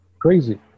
Crazy